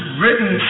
written